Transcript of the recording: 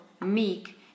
meek